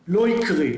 שלא יקרה,